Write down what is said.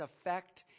effect